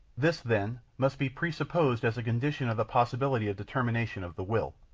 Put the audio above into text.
this, then, must be presupposed as a condition of the possibility of determination of the will.